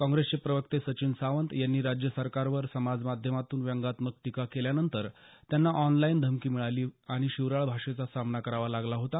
काँग्रेसचे प्रवक्ते सचिन सावंत यांनी राज्य सरकारवर समाजमाध्यमांतून व्यंगात्मक टीका केल्यानंतर त्यांना ऑनलाईन धमकी मिळाली आणि शिवराळ भाषेचा सामना करावा लागला होता